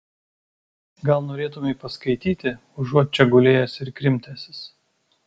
gal norėtumei paskaityti užuot čia gulėjęs ir krimtęsis